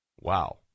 Wow